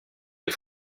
des